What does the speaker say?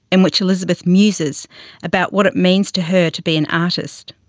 in which elizabeth muses about what it means to her to be an artist